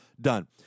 done